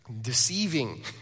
deceiving